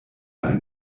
ein